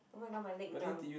oh-my-god my leg numb